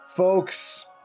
Folks